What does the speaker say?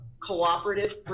cooperative